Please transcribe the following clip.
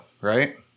right